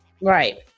Right